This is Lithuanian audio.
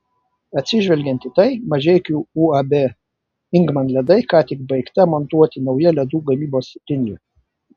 atsižvelgiant į tai mažeikių uab ingman ledai ką tik baigta montuoti nauja ledų gamybos linija